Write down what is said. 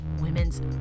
women's